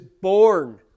born